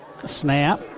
snap